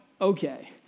okay